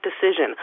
decision